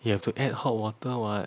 you have to add hot water what